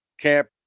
camp